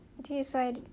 this is why d~